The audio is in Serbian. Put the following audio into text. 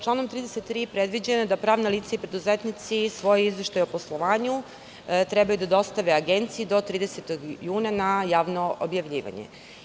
Članom 33. predviđeno je da pravna lica i preduzetnici svoj izveštaj o poslovanju treba da dostave Agenciji do 30. juna na javno objavljivanje.